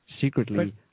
secretly